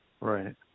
Right